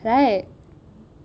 right